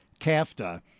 CAFTA